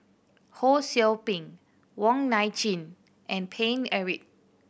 Ho Sou Ping Wong Nai Chin and Paine Eric